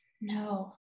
No